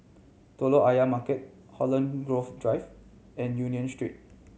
Telok Ayer Market Holland Grove Drive and Union Street